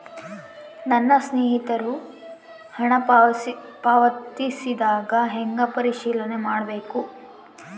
ನನ್ನ ಸ್ನೇಹಿತರು ಹಣ ಪಾವತಿಸಿದಾಗ ಹೆಂಗ ಪರಿಶೇಲನೆ ಮಾಡಬೇಕು?